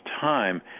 time